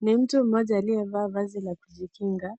Ni mtu mmoja aliyevaa vazi la kujikinga,